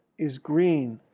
is green.